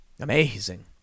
amazing